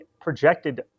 projected